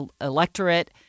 electorate